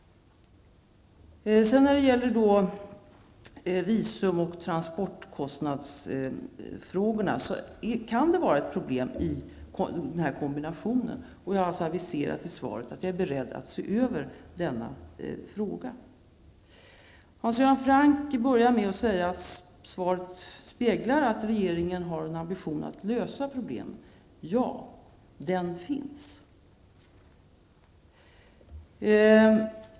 När det sedan gäller visum och transportkostnadsfrågorna kan det vara ett problem med den här kombinationen. Jag har alltså aviserat i svaret att jag är beredd att se över denna fråga. Hans Göran Franck börjar med att säga att svaret speglar att regeringen har en ambition att lösa problemen. Ja, den finns.